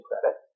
credit